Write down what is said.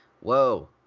whoa